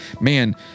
man